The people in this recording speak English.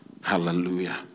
Hallelujah